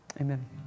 Amen